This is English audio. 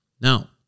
Now